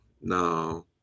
no